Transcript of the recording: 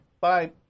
Bye